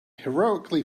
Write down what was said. heroically